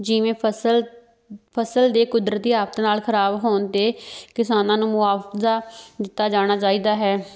ਜਿਵੇਂ ਫਸਲ ਫਸਲ ਦੇ ਕੁਦਰਤੀ ਆਫਤ ਨਾਲ ਖਰਾਬ ਹੋਣ 'ਤੇ ਕਿਸਾਨਾਂ ਨੂੰ ਮੁਆਵਜ਼ਾ ਦਿੱਤਾ ਜਾਣਾ ਚਾਹੀਦਾ ਹੈ